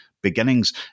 Beginnings